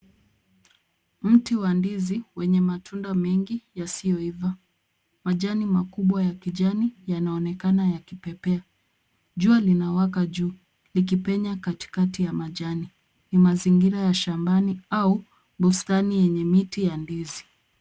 Mti wa ndizi wenye matunda mengi yasiyo iva majani makubwa ya kijani yanaonekana yakipepea. Jua linawaka juu ikipenya katikati ya majani. Ni mazingira ya shamba au bustani yenye miti ya ndizi.